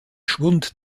schwund